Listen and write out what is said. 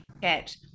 get